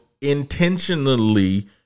intentionally